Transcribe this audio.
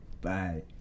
bye